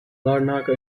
larnaca